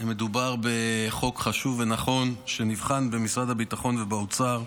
מדובר בחוק חשוב ונכון שנבחן במשרד הביטחון ובאוצר,